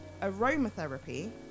aromatherapy